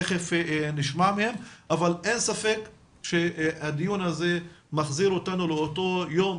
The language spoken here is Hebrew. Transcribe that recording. אין ספק שהדיון הזה מחזיר אותנו לאותו יום